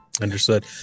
Understood